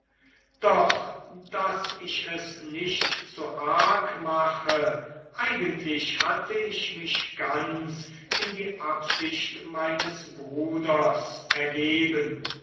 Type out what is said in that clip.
doch daß ich es nicht zu arg mache eigentlich hatte ich mich ganz in die absicht meines bruders ergeben